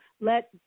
let